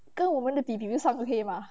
跟我们的比比就像个黑马